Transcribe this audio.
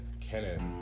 Kenneth